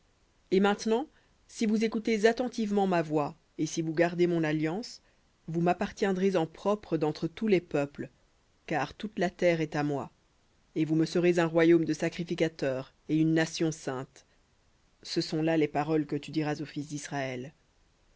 et maintenant si vous écoutez attentivement ma voix et si vous gardez mon alliance vous m'appartiendrez en propre d'entre tous les peuples car toute la terre est à moi et vous me serez un royaume de sacrificateurs et une nation sainte ce sont là les paroles que tu diras aux fils d'israël